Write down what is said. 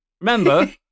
Remember